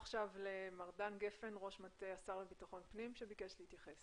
מר דן גפן, ראש מטה השר לביטחון פנים, בבקשה.